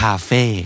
Cafe